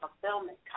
fulfillment